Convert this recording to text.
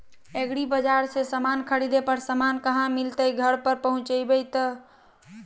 एग्रीबाजार से समान खरीदे पर समान कहा मिलतैय घर पर पहुँचतई बोया कहु जा के लेना है?